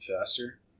faster